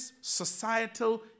societal